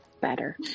Better